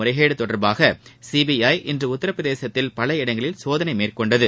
முறைகேடு தொடர்பாக சிபிஐ இன்று உத்தரப் பிரதேசத்தில் பல இடங்களில் சோதனை மேற்கொண்டது